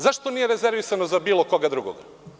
Zašto nije rezervisano za bilo koga drugog?